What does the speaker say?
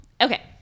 Okay